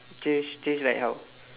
change change like how